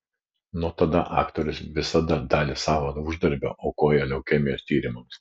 nuo tada aktorius visada dalį savo uždarbio aukoja leukemijos tyrimams